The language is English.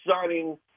signing